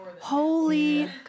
Holy